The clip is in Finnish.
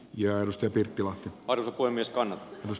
jonosta pirttilahti pari toimistoon os